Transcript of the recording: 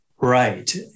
right